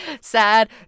sad